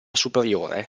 superiore